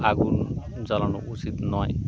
আগুন জ্বালানো উচিত নয়